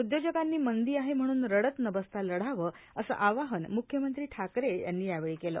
उद्योजकांनी मंदी आहे म्हणून रडत न बसता लढावं असं आवाहन मुख्यमंत्री ठाकरे यांनी यावेळी केलं